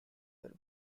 were